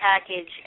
package